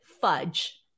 fudge